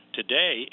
today